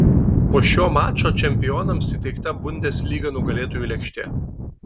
po šio mačo čempionams įteikta bundesliga nugalėtojų lėkštė